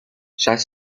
شصت